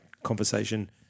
Conversation